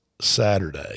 Saturday